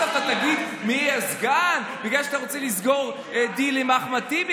עכשיו אתה תגיד מי יהיה סגן בגלל שאתה רוצה לסגור דיל עם אחמד טיבי?